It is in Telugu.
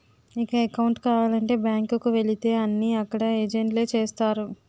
ఇక అకౌంటు కావాలంటే బ్యాంకు కు వెళితే అన్నీ అక్కడ ఏజెంట్లే చేస్తారు